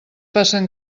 passen